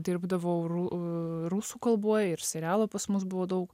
dirbdavau rusų kalboj ir serialų pas mus buvo daug